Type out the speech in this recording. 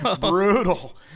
brutal